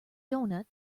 doughnut